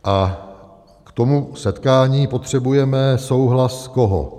A k tomu setkání potřebujeme souhlas koho?